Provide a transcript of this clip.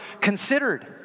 considered